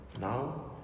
now